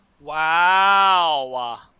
Wow